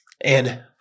And-